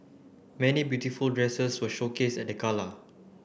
many beautiful dresses were showcased at the gala